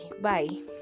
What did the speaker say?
Bye